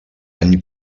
any